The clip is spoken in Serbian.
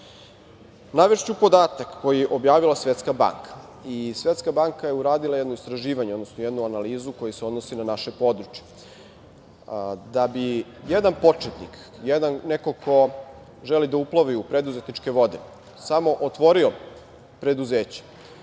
podatak koji je objavila Svetska banka. Svetska banka je uradila jedno istraživanje, odnosno jednu analizu koja se odnosi na naše područje. Da bi jedan početnik, neko ko želi da uplovi u preduzetničke vode samo otvorio preduzeće,